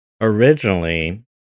originally